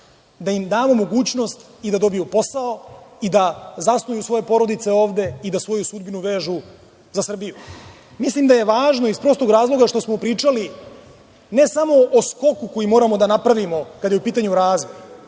da im damo mogućnost i da dobiju posao i da zasnuju svoje porodice ovde i da svoju sudbinu vežu za Srbiju. Mislim da je važno iz prostog razloga što smo pričali, ne samo o skoku koji moramo da napravimo kada je u pitanju razvoj,